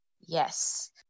Yes